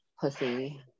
pussy